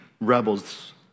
rebels